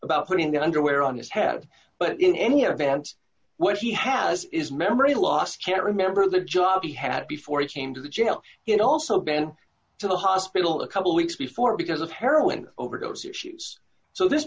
about putting the underwear on his head but in any event what he has is memory loss can't remember the job he had before he came to the jail it also been to the hospital a couple weeks before because of heroin overdose issues so this